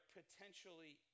potentially